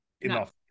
enough